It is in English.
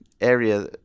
area